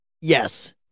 Yes